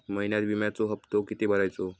महिन्यात विम्याचो हप्तो किती भरायचो?